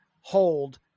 hold